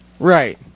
Right